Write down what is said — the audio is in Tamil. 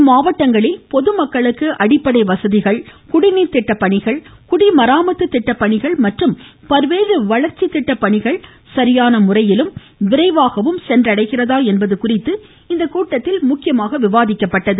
இம்மாவட்டங்களில் பொதுமக்களுக்கு அடிப்படை வசதிகள் குடிநீர் திட்ட பணிகள் குடி மராமத்து திட்ட பணிகள் மற்றும் பல்வேறு வளர்ச்சி திட்ட பணிகள் சரியான முறையிலும் விரைவாகவும் சென்றடைகிறதா என்பது குறித்து இக்கூட்டத்தில் ஆலோசனை மேற்கொள்ளப்பட்டது